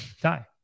die